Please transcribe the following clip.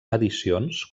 addicions